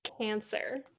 cancer